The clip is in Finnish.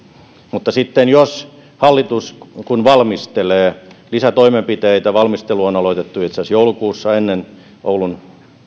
mutta sitten kun hallitus valmistelee lisätoimenpiteitä valmistelu on aloitettu itse asiassa joulukuussa ennen oulun